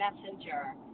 messenger